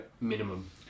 Minimum